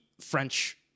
French